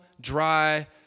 dry